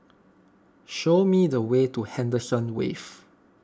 show me the way to Henderson Wave